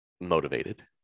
motivated